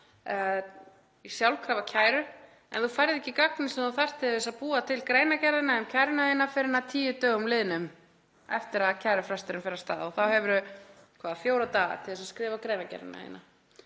í sjálfkrafa kæru, en þú færð ekki gögnin sem þú þarft til þess að búa til greinargerðina um kæruna þína fyrr en að tíu dögum liðnum eftir að kærufresturinn hefst, og þá hefurðu fjóra daga til þess að skrifa greinargerðina þína.